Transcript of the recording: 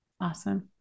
Awesome